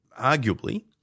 arguably